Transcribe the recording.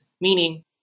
meaning